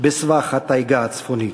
/ בסבך הטייגה הצפונית.